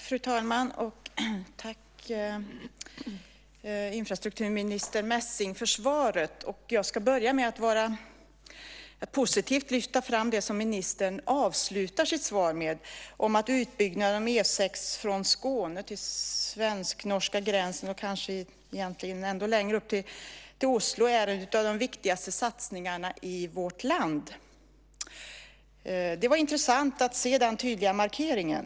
Fru talman! Tack infrastrukturminister Messing för svaret! Jag ska börja med att positivt lyfta fram det som ministern avslutar sitt svar med, att utbyggnaden av E 6 från Skåne till svensk-norska gränsen - och kanske egentligen ändå längre upp till Oslo - är en av de viktigaste satsningarna i vårt land. Det var intressant att se den tydliga markeringen.